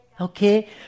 Okay